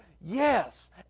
Yes